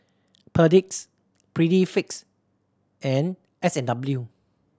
Perdix Prettyfit and S and W